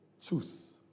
Choose